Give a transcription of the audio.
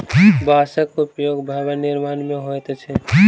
बांसक उपयोग भवन निर्माण मे होइत अछि